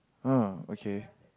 oh okay